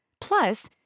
Plus